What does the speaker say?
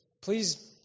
please